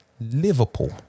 Liverpool